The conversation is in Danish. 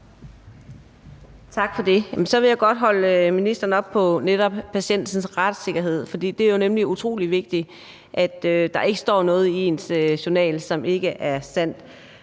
Tak for det. Så vil jeg godt holde ministeren op på netop patientens retssikkerhed, for det er jo nemlig utrolig vigtigt, at der ikke står noget i ens journal, som ikke er sandt.